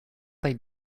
they